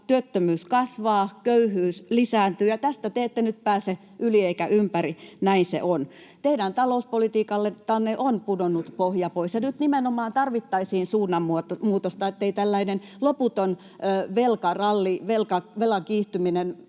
työttömyys kasvaa, köyhyys lisääntyy — ja tästä te ette nyt pääse yli ettekä ympäri. Näin se on. Teidän talouspolitiikaltanne on pudonnut pohja pois, ja nyt nimenomaan tarvittaisiin suunnanmuutosta, jottei tällainen loputon velkaralli,